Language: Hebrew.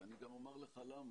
ואני גם אומר לך למה: